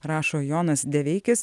rašo jonas deveikis